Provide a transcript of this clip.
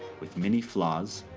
with many flaws,